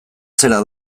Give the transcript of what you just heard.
zera